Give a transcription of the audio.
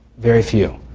very few.